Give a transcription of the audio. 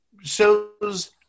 shows